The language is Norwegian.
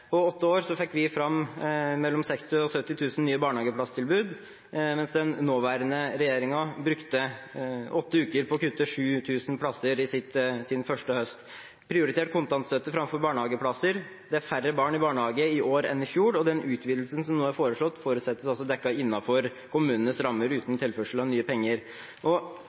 På åtte år fikk vi fram mellom 60 000 og 70 000 nye barnehageplasstilbud, mens den nåværende regjeringen brukte åtte uker på å kutte 7 000 plasser i sin første høst, og prioriterte kontantstøtte framfor barnehageplasser. Det er færre barn i barnehage i år enn i fjor, og den utvidelsen som nå er foreslått, forutsettes dekket innenfor kommunenes rammer uten tilførsel av nye penger.